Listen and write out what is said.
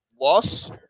loss